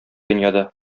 дөньяда